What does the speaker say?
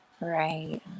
Right